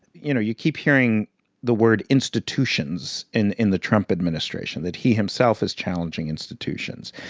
you know, you keep hearing the word institutions in in the trump administration, that he himself has challenging institutions.